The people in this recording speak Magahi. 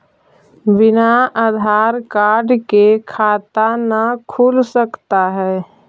बिना आधार कार्ड के खाता न खुल सकता है?